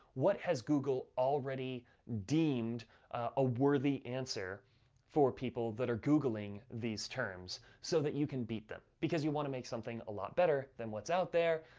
what has google already deemed a worthy answer for people that are googling these terms, so that you can beat them. because you wanna make something a lot better than what's out there,